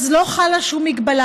אז לא חלה שום הגבלה.